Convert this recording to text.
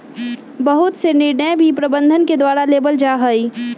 बहुत से निर्णय भी प्रबन्धन के द्वारा लेबल जा हई